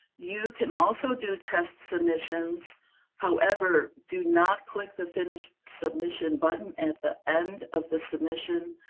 you can also do test submissions however, do not click the finish submission button at the end of the submission.